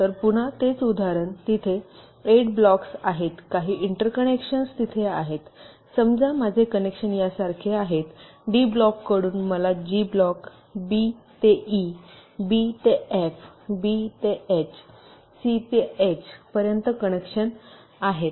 तर पुन्हा तेच उदाहरण तिथे 8 ब्लॉक्स आहेत काही इंटरकनेक्शन्स तिथे आहेत समजा माझे कनेक्शन यासारखे आहेत डी ब्लॉक कडून मला जी ब्लॉक बी ते ई बी ते एफ बी ते एच सी ते एच पर्यंत कनेक्शन आहे